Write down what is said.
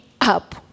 up